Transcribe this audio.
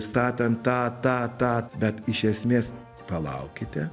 statant tą tą tą bet iš esmės palaukite